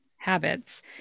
habits